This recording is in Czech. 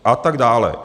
A tak dále.